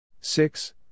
Six